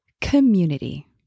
community